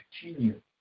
continue